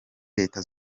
leta